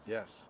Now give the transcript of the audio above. Yes